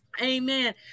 Amen